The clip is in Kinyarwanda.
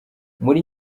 muri